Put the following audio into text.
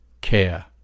Care